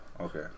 Okay